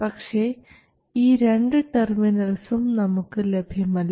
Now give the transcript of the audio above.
പക്ഷേ ഈ 2 ടെർമിനൽസും നമുക്ക് ലഭ്യമല്ല